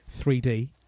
3D